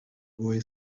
boy